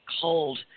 cold